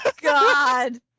god